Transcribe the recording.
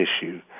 issue